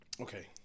Okay